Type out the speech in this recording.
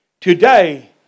today